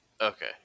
okay